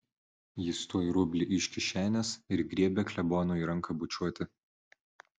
jis tuoj rublį iš kišenės ir griebia klebonui ranką bučiuoti